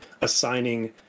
assigning